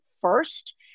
first